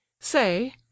say